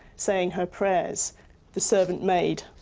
saying her prayers the servant maid.